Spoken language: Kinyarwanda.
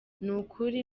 nukuri